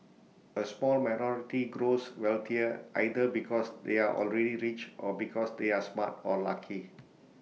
A small minority grows wealthier either because they are already rich or because they are smart or lucky